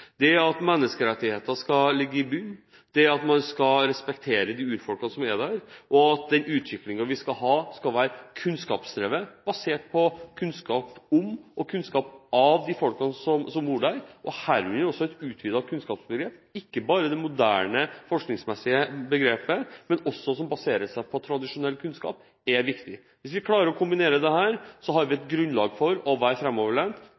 bunn, man skal respektere urfolkene som bor der. Den utviklingen vi skal ha, skal være kunnskapsdrevet, basert på kunnskap om de folkene som bor der. Herunder er det viktig med et utvidet kunnskapsbegrep, ikke bare det moderne forskningsmessige begrepet, men at man også baserer seg på tradisjonell kunnskap. Hvis vi klarer å kombinere dette, har vi et grunnlag for å være